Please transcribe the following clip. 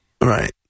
Right